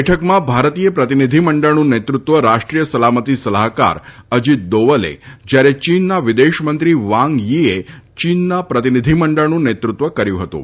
બેઠકમાં ભારતીય પ્રતિનિધિમંડળનું નેતૃત્વ રાષ્ટ્રીય સલામતી સલાહકાર અજીત દોવલે જ્યારે ચીનના વિદેશમંત્રી વાંગ થીએ ચીનના પ્રતિનિધિમંડળનું નેતૃત્વ કર્યું હતું